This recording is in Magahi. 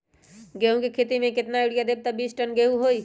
गेंहू क खेती म केतना यूरिया देब त बिस टन गेहूं होई?